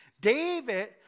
David